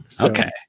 Okay